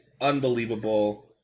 unbelievable